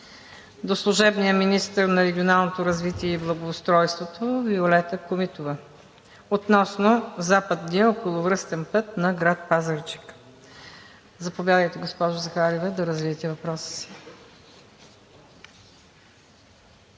до служебния министър на регионалното развитие и благоустройството Виолета Комитова относно Западния околовръстен път на град Пазарджик. Заповядайте, госпожо Захариева, да развиете въпроса си.